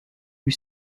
lui